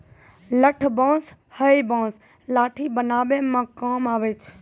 लठ बांस हैय बांस लाठी बनावै म काम आबै छै